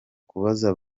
kubaza